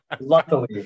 Luckily